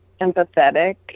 empathetic